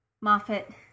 Moffat